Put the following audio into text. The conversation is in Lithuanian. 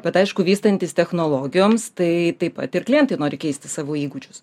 bet aišku vystantis technologijoms tai taip pat ir klientai nori keisti savo įgūdžius